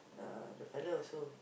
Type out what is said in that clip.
uh the fella also